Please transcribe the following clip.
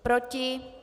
Proti?